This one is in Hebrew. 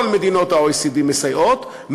כל מדינות ה-OECD מסייעות,